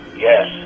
Yes